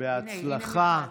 בהצלחה.